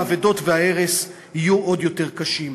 האבדות וההרס יהיו עוד יותר קשים.